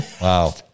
wow